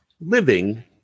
Living